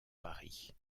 paris